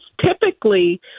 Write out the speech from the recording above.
typically